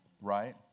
Right